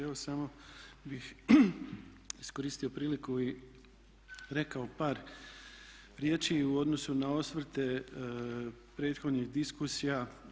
Evo samo bih iskoristio priliku i rekao par riječi u odnosu na osvrte prethodnih diskusija.